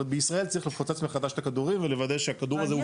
אבל בישראל צריך לפוצץ מחדש את הכדורים ולוודא שהכדור הזה הוא בטוח.